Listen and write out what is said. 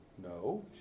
No